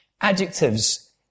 adjectives